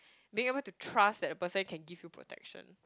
being able to trust that the person can give you protection